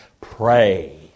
pray